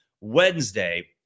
Wednesday